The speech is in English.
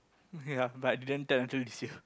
ya but then turn until this year